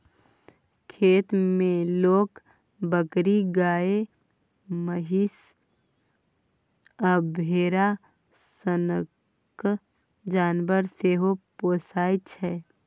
खेत मे लोक बकरी, गाए, महीष आ भेरा सनक जानबर सेहो पोसय छै